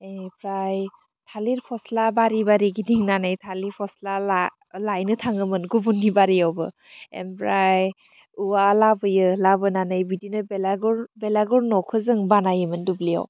एनिफ्राय थालिर फस्ला बारि बारि गिदिंनानै थालिर फस्ला ला लायनो थाङोमोन गुबुननि बारियावबो ओमफ्राय उवा लाबोयो लाबोनानै बिदिनो बेलागुर बेलागुर न'खौ जों बानायोमोन दुब्लियाव